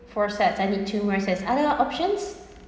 four sets I need two mores sets any other option